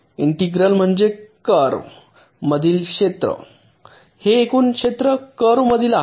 integral म्हणजे curve मधील क्षेत्र हे एकूण क्षेत्र कर्व मधील आहे